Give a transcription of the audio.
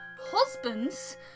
husbands